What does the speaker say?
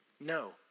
No